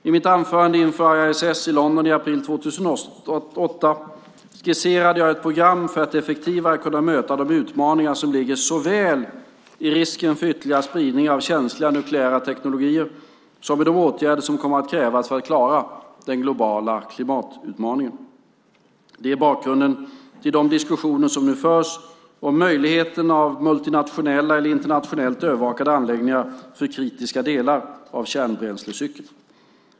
I mitt anförande inför IISS i London i april 2008 skisserade jag ett program för att effektivare kunna möta de utmaningar som ligger såväl i risken för ytterligare spridning av känsliga nukleära teknologier som i de åtgärder som kommer att krävas för att klara den globala klimatutmaningen. Det är bakgrunden till de diskussioner som nu förs om möjligheten av multinationella eller internationellt övervakade anläggningar för kritiska delar av kärnbränslecykeln.